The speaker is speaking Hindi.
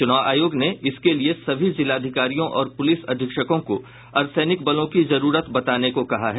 चुनाव आयोग ने इसके लिये सभी जिलाधिकरियों और पुलिस अधीक्षकों को अर्द्वसैनिक बलों की जरूरत बताने को कहा है